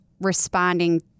responding